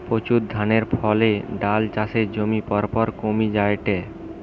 প্রচুর ধানচাষের ফলে ডাল চাষের জমি পরপর কমি জায়ঠে